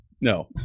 No